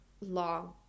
Long